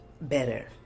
better